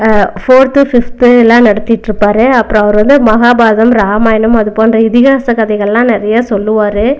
fourth fifth எல்லாம் நடத்திகிட்டு இருப்பாரு அப்புறம் அவர் வந்து மகாபாரதம் ராமாயணம் அது போன்ற இதிகாச கதைகள் எல்லாம் நிறையா சொல்லுவாரு